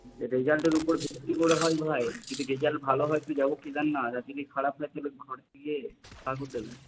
রেজাল্টের উপর ভিত্তি করে হয় ভাই যদি রেজাল্ট ভালো হয় তো যাব কেদারনাথ আর যদি খারাপ হয় তাহলে ঘর দিয়ে বার করে দেবে